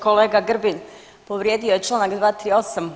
Kolega Grbin povrijedio je članak 238.